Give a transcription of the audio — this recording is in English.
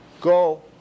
go